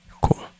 Cool